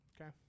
Okay